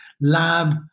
lab